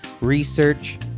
research